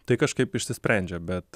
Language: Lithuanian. tai kažkaip išsisprendžia bet